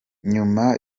nyuma